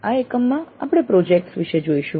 આ એકમમાં આપણે પ્રોજેક્ટ્સ વિષે જોઈશું